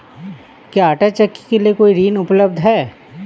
क्या आंटा चक्की के लिए कोई ऋण उपलब्ध है?